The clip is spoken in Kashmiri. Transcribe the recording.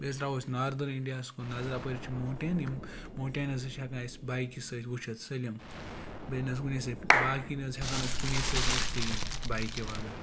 بیٚیہِ حظ ترٛاوَو أسۍ ناردٲرٕن اِنڈِیا ہَس کُن نظر اَپٲرۍ حظ چھِ موٹین یِم موٹینٕز ہَسا چھِ ہیٚکان أسۍ بایِکہِ سۭتۍ وُچھِتھ سٲلِم بیٚیہِ نہ حظ کُنی سۭتۍ باقٕے نہ حظ ہیٚکو نہٕ أسۍ کُنی سۭتۍ وُچھتٕے یِم بایِکہِ بغٲر